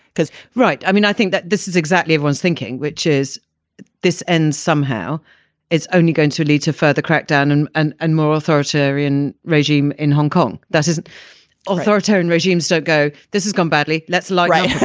because right. i mean, i think that this is exactly everyone's thinking, which is this end, somehow it's only going to lead to further crackdown and and and more authoritarian regime in hong kong that isn't authoritarian regimes to go. this is going badly let's look at yeah